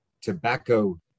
tobacco